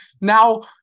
now